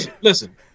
Listen